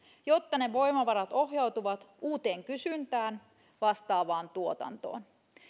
jotta ne voimavarat ohjautuvat uuteen kysyntään vastaavaan tuotantoon